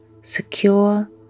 secure